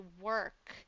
work